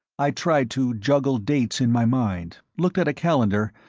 i tried to juggle dates in my mind, looked at a calendar,